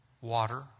Water